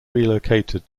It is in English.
relocated